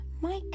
Mike